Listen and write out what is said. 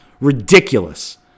Ridiculous